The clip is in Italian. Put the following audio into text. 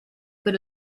per